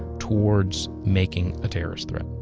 towards making a terrorist threat